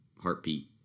heartbeat